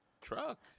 truck